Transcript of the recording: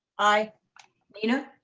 i nina.